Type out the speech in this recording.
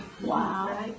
Wow